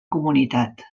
comunitat